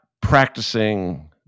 practicing